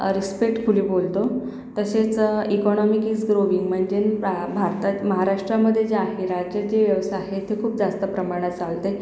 respectfully बोलतो तसेच economic is growing म्हणजे भा भारता महाराष्ट्रामध्ये जे आहे राज्यात जे व्यवसाय आहे ते खूप जास्त प्रमाणात चालते